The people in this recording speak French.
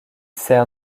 sert